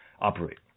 operate